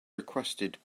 requested